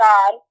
God